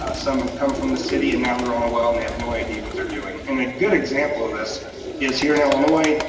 ah some have come from the city and now they're on a well and they have no idea what they're doing. and a good example of this is here in illinois.